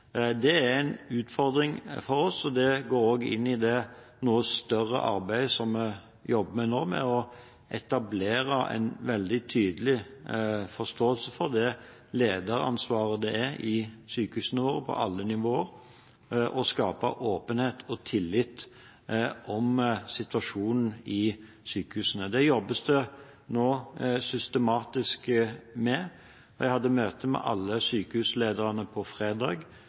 Det er en utfordring for oss, og det går også inn i det noe større arbeidet som vi jobber med nå, med å etablere en veldig tydelig forståelse for det lederansvaret det er i sykehusene våre, på alle nivåer, for å skape åpenhet og tillit om situasjonen i sykehusene. Det jobbes det nå systematisk med. Jeg hadde møte med alle sykehuslederne på fredag,